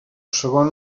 segon